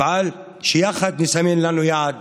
אפעל שיחד נסמן לנו יעד